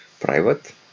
private